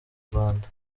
rwanda